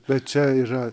kviečia yra